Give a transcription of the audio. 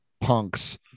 punks